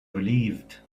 relieved